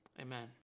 Amen